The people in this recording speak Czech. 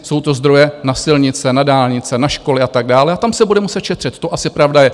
Jsou to zdroje na silnice, na dálnice, na školy a tak dále, a tam se bude muset šetřit, to asi pravda je.